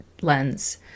lens